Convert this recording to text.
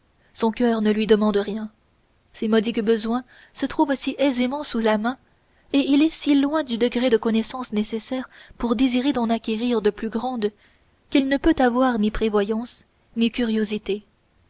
son coeur ne lui demande rien ses modiques besoins se trouvent si aisément sous la main et il est si loin du degré de connaissances nécessaires pour désirer d'en acquérir de plus grandes qu'il ne peut avoir ni prévoyance ni curiosité